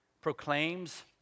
Proclaims